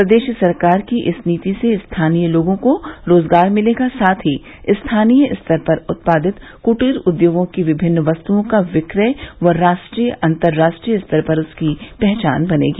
प्रदेश सरकार की इस नीति से स्थानीय लोगों को रोजगार मिलेगा साथ ही स्थानीय स्तर पर उत्पादित कुटीर उद्योगों की विभिन्न वस्तुओं का विक्रय व राष्ट्रीय अन्तर्राष्ट्रीय स्तर पर उसकी पहचान बनेगी